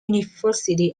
university